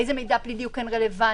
איזה מידע בדיוק כן רלוונטי,